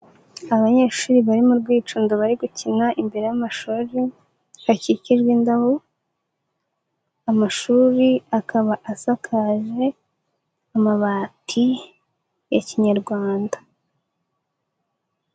Abanyeshuri bari mu rwicundo bari gukina imbere y'amashuri, hakikijwe indabo, amashuri akaba asakaje amabati ya kinyarwanda.